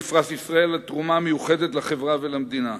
בפרס ישראל על תרומה מיוחדת לחברה ולמדינה.